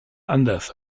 anders